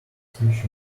speech